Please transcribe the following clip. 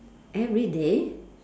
everyday